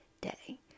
day